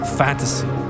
fantasy